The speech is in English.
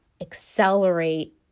accelerate